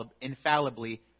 infallibly